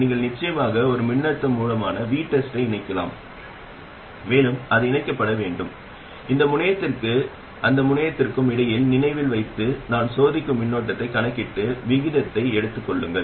நீங்கள் நிச்சயமாக ஒரு மின்னழுத்த மூலமான VTEST ஐ இணைக்கலாம் மேலும் அது இணைக்கப்பட வேண்டும் இந்த முனையத்திற்கும் அந்த முனையத்திற்கும் இடையில் நினைவில் வைத்து நான் சோதிக்கும் மின்னோட்டத்தைக் கணக்கிட்டு விகிதத்தை எடுத்துக் கொள்ளுங்கள்